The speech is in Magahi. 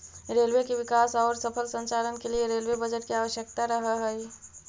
रेलवे के विकास औउर सफल संचालन के लिए रेलवे बजट के आवश्यकता रहऽ हई